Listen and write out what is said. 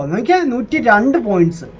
and again did envoys